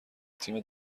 تیم